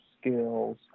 skills